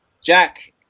Jack